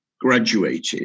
graduated